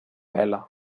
vela